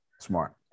Smart